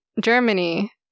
Germany